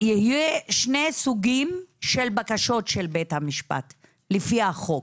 יהיו שני סוגים של בקשות של בית המשפט לפי החוק,